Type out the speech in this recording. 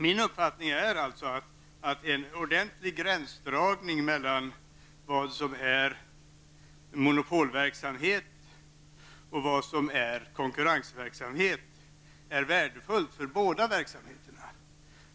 Min uppfattning är att en ordentlig gränsdragning mellan vad som är monopolverksamhet och vad som är konkurrensverksamhet är värdefull för båda verksamheterna.